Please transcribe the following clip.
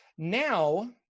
Now